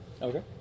Okay